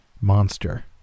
monster